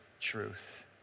truth